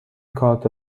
کارت